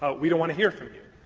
ah we don't want to hear from you.